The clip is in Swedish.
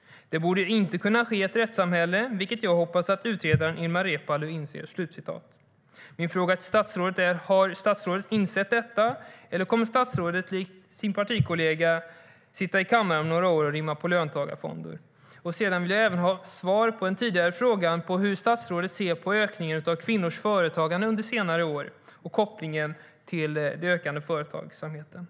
Det borde inte kunna ske i ett rättssamhälle, vilket jag hoppas att utredaren Ilmar Reepalu inser. "